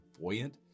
buoyant